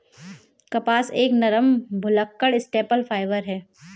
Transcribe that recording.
कपास एक नरम, भुलक्कड़ स्टेपल फाइबर है